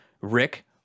Rick